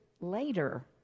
later